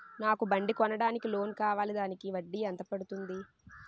నాకు బండి కొనడానికి లోన్ కావాలిదానికి వడ్డీ ఎంత పడుతుంది?